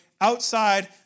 outside